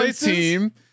team